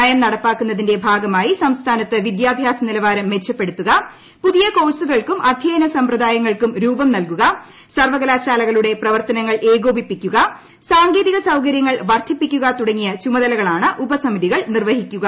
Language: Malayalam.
നയം നടപ്പാക്കുന്നതിന്റെ ഭാഗമായി സംസ്ഥാനത്ത് വിദ്യാഭ്യാസ നിലവാരം മെച്ചപ്പെടുത്തുക പുതിയ കോഴ്സുകൾക്കും അധ്യയന സമ്പ്രദായങ്ങൾക്കും രൂപം നൽകുക സർവ്വകലാശാലകളുടെ പ്രവർത്തനങ്ങൾ ഏകോപിപ്പി ക്കുക സാങ്കേതിക സൌകര്യങ്ങൾ വർദ്ധിപ്പിക്കുക തുടങ്ങിയ ചുമതലകളാണ് ഉപസമിതികൾ നിർവ്വഹിക്കുക